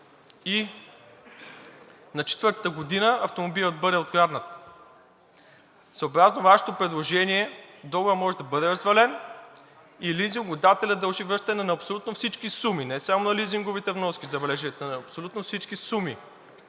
и на четвъртата година автомобилът бъде откраднат. Съобразно Вашето предложение, договорът може да бъде развален и лизингодателят дължи връщане на абсолютно всички суми – не само на лизинговите вноски, забележете, а на абсолютно всички суми,